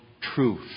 truth